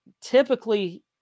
typically